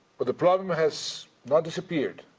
but the problem has not disappeared,